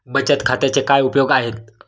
बचत खात्याचे काय काय उपयोग आहेत?